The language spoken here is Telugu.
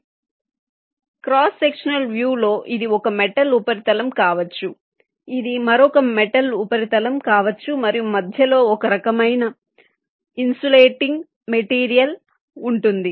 కాబట్టి క్రాస్ సెక్షనల్ వ్యూలో ఇది ఒక మెటల్ ఉపరితలం కావచ్చు ఇది మరొక మెటల్ ఉపరితలం కావచ్చు మరియు మధ్యలో ఒక రకమైన ఇన్సులేటింగ్ మెటీరియల్insulating మెటీరియల్ ఉంటుంది